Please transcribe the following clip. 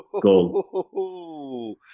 goal